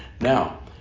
Now